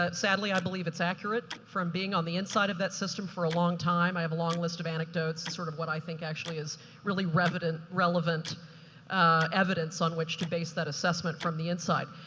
ah sadly, i believe it's accurate from being on the inside of that system for a long time. i have a long list of anecdotes, and sort of what i think actually is really relevant relevant evidence on which to base that assessment from the inside.